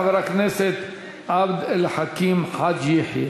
חבר הכנסת עבד אל חכים חאג' יחיא.